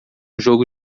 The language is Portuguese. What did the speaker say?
jogo